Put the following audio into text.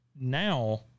now